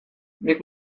nik